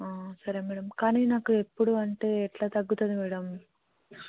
సరే మ్యాడమ్ కానీ నాకు ఎప్పుడు అంటే ఎట్లా తగ్గుతుంది మ్యాడమ్